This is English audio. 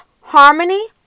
harmony